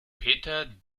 peter